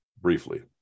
briefly